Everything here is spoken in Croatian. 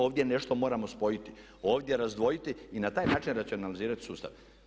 Ovdje nešto moramo spojiti, ovdje razdvojiti i na taj način racionalizirati sustav.